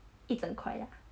一整块的啊